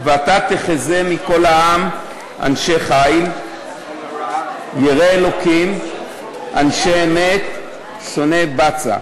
"ואתה תחזה מכל העם אנשי חיל יראי ה' אנשי אמת שונאי בצע".